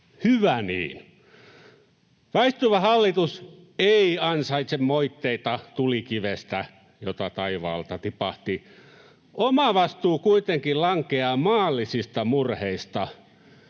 Hyvä niin. Väistyvä hallitus ei ansaitse moitteita tulikivestä, jota taivaalta tipahti. Omavastuu kuitenkin lankeaa maallisista murheista,